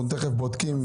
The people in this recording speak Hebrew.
אנחנו בודקים.